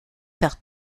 par